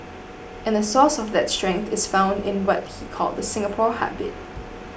and the source of that strength is founded in what he called the Singapore heartbeat